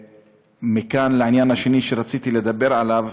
מכאן לעניין השני שרציתי לדבר עליו,